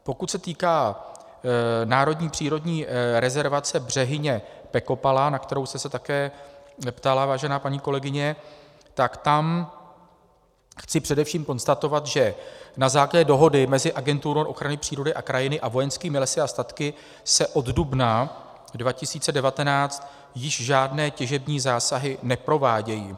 Pokud se týká Národní přírodní rezervace Břehyně Pecopala, na kterou jste se také ptala, vážená paní kolegyně, tam chci především konstatovat, že na základě dohody mezi Agenturou ochrany přírody a krajiny a Vojenskými lesy a statky se od dubna 2019 již žádné těžební zásahy neprovádějí.